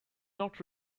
not